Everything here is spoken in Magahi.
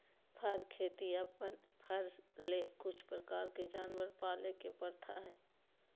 फर खेती अपन फर ले कुछ प्रकार के जानवर पाले के प्रथा हइ